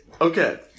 Okay